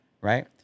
right